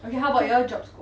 okay how about your job scope